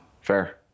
Fair